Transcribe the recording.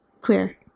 Clear